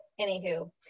anywho